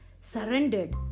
surrendered